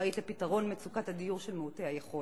האחראית לפתרון מצוקת הדיור של מעוטי היכולת.